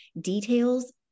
details